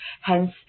hence